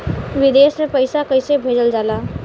विदेश में पैसा कैसे भेजल जाला?